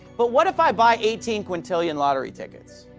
but what if i buy eighteen quintillion lottery tickets.